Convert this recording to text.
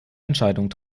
entscheidungen